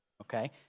Okay